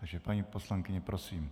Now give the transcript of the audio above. Takže paní poslankyně, prosím.